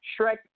Shrek